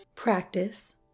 Practice